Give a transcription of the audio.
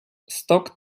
stock